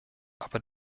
aber